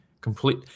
Complete